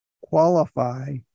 qualify